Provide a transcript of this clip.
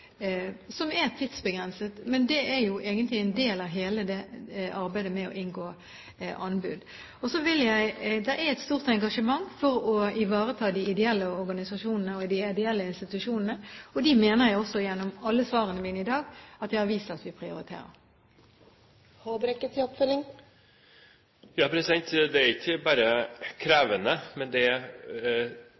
som er tidsbegrenset. Men det er egentlig en del av hele arbeidet med å inngå anbud. Det er et stort engasjement for å ivareta de ideelle organisasjonene og de ideelle institusjonene, og dem mener jeg også at jeg gjennom alle svarene mine i dag har vist at vi prioriterer. Det er ikke bare krevende, men det